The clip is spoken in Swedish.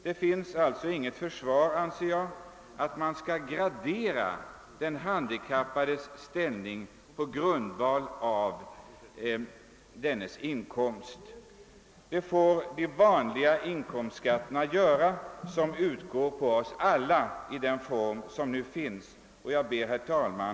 Det finns alltså inget försvar — anser jag — för att gradera den handikappades ställning på grundval av inkomsten såsom sker genom de vanliga inkomstskatterna, som utgår för oss alla med den nuvarande utformningen av skattesystemet. Herr talman!